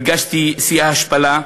הרגשתי שיא ההשפלה,